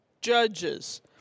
judges